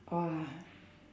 ah